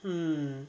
mm